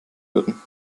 würden